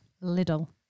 Little